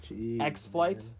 X-Flight